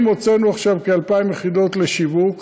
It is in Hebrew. הוצאנו עכשיו כ-2,000 יחידות לשיווק,